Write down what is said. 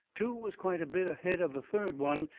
two was quite a bit ahead of the third one,